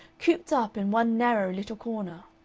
cooped up in one narrow little corner.